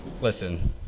listen